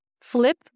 Flip